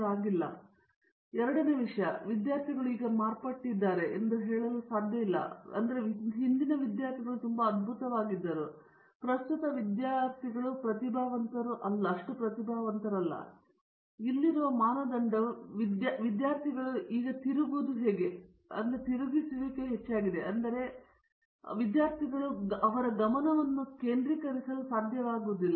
ಈಗ ಏನಾಯಿತು ಎರಡನೇ ವಿಷಯ ಇದು ನಾನು ವಿದ್ಯಾರ್ಥಿಗಳು ಮಾರ್ಪಟ್ಟಿದ್ದಾರೆ ಎಂದು ಹೇಳಲು ಇಲ್ಲ ಅವರ ಹಿಂದಿನ ವಿದ್ಯಾರ್ಥಿಗಳು ತುಂಬಾ ಅದ್ಭುತ ಇವೆ ಪ್ರಸ್ತುತ ವಿದ್ಯಾರ್ಥಿಗಳು ಪ್ರತಿಭಾವಂತ ಅಲ್ಲ ಮತ್ತು ಇದು ಮಾನದಂಡವಲ್ಲ ಇಲ್ಲಿರುವ ಮಾನದಂಡವು ಇಂದು ವಿದ್ಯಾರ್ಥಿಗಳಿಗೆ ತಿರುಗಿಸುವಿಕೆಯು ತುಂಬಾ ಹೆಚ್ಚಾಗಿದೆ ಮತ್ತು ನೀವು ನಾನು ಹೊಂದಿದ ತಿರುವುಗಳನ್ನು ಹೋಲಿಸಿದರೆ ಅದಕ್ಕಾಗಿಯೇ ವಿದ್ಯಾರ್ಥಿಯು ಅವರ ಗಮನವನ್ನು ಕೇಂದ್ರೀಕರಿಸಲು ಸಾಧ್ಯವಾಗುವುದಿಲ್ಲ